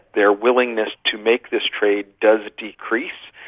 their willingness to make this trade does decrease,